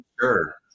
sure